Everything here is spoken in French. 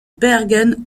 bergen